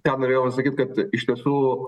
ką norėjau pasakyt kad iš tiesų